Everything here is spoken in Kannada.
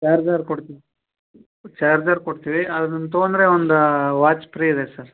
ಚಾರ್ಜರ್ ಕೊಡ್ತೀವಿ ಚಾರ್ಜರ್ ಕೊಡ್ತೀವಿ ಅದನ್ನು ತಗೊಂಡರೆ ಒಂದು ವಾಚ್ ಪ್ರೀ ಇದೆ ಸರ್